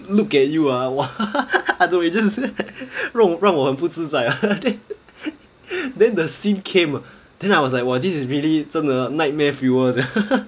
look at you ah !wah! I don't know it just 让我很不自在 ah then the scene came then I was like !wah! this is really 真的 nightmare fuel sia